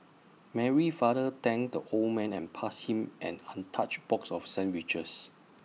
Mary's father thanked the old man and passed him an untouched box of sandwiches